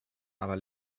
aber